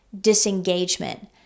disengagement